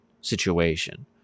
situation